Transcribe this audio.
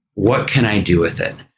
what can i do with it?